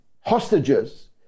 hostages